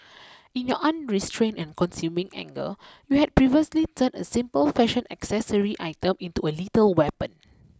in your unrestrained and consuming anger you had perversely turned a simple fashion accessory item into a lethal weapon